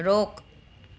रोक़ु